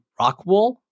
Rockwool